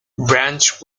branch